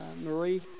Marie